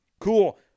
Cool